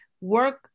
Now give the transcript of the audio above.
work